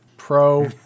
Pro